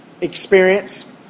experience